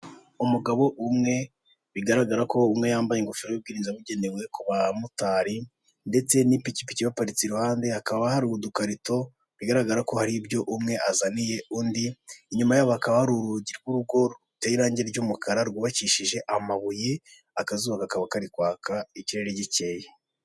Urujya ni uruza rw'abantu bari kwamamaza umukandida mu matora y'umukuru w'igihugu bakaba barimo abagabo ndetse n'abagore, bakaba biganjemo abantu bambaye imyenda y'ibara ry'icyatsi, bari mu ma tente arimo amabara y'umweru, icyatsi n'umuhondo, bamwe bakaba bafite ibyapa biriho ifoto y'umugabo wambaye kositime byanditseho ngo tora, bakaba bacyikijwe n'ibiti byinshi ku musozi.